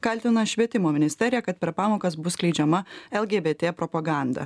kaltina švietimo ministeriją kad per pamokas bus skleidžiama lgbt propaganda